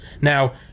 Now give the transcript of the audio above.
now